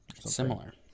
Similar